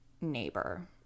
neighbor